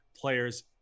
players